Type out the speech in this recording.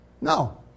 no